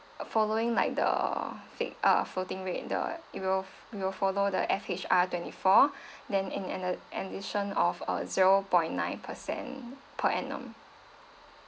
following like the fixed uh floating rate the it will we will follow the F_H_R twenty four then in an a addition of uh zero point nine percent per annum